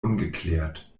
ungeklärt